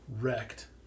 wrecked